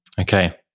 okay